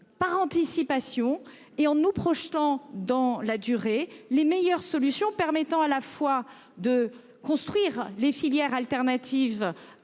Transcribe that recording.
par anticipation et en nous projetant dans la durée les meilleures solutions permettant à la fois de construire les filières alternatives.